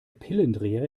pillendreher